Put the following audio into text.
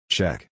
Check